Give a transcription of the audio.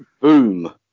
Boom